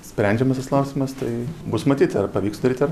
sprendžiamas tas klausimas tai bus matyti ar pavyks sudaryti ar